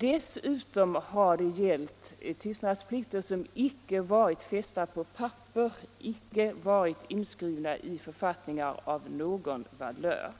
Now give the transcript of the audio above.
Dessutom har det gällt tystnadsplikter som icke varit fästade på papper, icke varit inskrivna i författningar av någon valör.